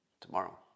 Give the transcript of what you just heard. tomorrow